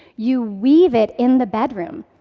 you weave it in the bedroom.